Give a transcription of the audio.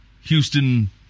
Houston